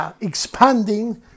expanding